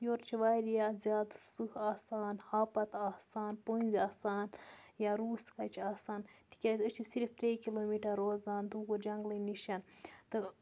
یورٕ چھِ واریاہ زیادٕ سٕہہ آسان ہاپَت آسان پٔنٛزۍ آسان یا روٗس کَچہِ آسان تِکیٛازِ أسۍ چھِ صِرف ترٛے کِلوٗ میٖٹر روزان دوٗر جَنٛگلہٕ نِش تہٕ